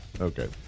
Okay